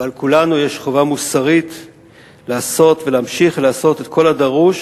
ועל כולם יש חובה מוסרית לעשות ולהמשיך לעשות את כל הדרוש